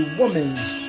woman's